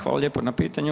Hvala lijepo na pitanju.